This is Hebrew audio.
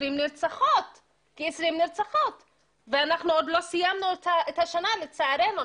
נרצחות ואנחנו עוד סיימנו את השנה לצערנו,